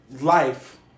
life